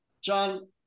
John